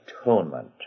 atonement